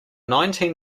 nineteen